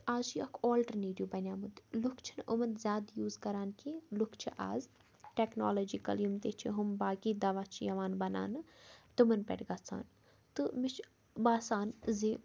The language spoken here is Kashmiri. تہٕ آز چھِ یہِ اَکھ آلٹَرنیٹِو بَنیومُت لُکھ چھِنہٕ یِمَن زیادٕ یوٗز کَران کیٚنٛہہ لُکھ چھِ آز ٹٮ۪کنالجِکَل یِم تہِ چھِ ہُم باقٕے دَوا چھِ یِوان بَناونہٕ تِمَن پٮ۪ٹھ گَژھان تہٕ مےٚ چھِ باسان زِ